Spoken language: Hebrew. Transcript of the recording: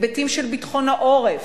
היבטים של ביטחון העורף,